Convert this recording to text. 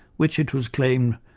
which, it was claimed,